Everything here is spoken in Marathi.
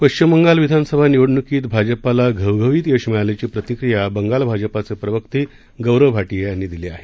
पश्चिम बंगाल विधानसभा निवडणुकीत भाजपाला घवघवीत यश मिळाल्याची प्रतिक्रीया बंगाल भाजपाचे प्रवक्ते गौरव भाटीया यांनी दिली आहे